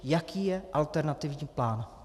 Jaký je alternativní plán?